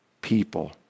people